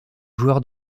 joueur